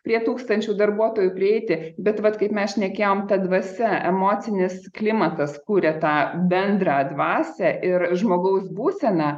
prie tūkstančių darbuotojų prieiti bet vat kaip mes šnekėjom ta dvasia emocinis klimatas kuria tą bendrą dvasią ir žmogaus būsena